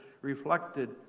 reflected